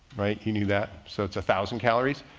right? you need that. so it's a thousand calories.